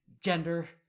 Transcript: gender